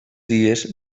dies